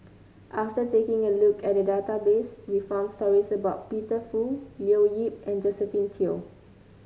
after taking a look at the database we found stories about Peter Fu Leo Yip and Josephine Teo